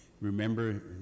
Remember